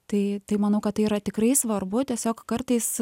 tai tai manau kad tai yra tikrai svarbu tiesiog kartais